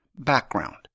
Background